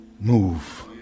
move